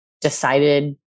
decided